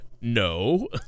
no